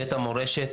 בית המורשת,